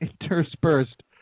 interspersed